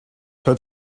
had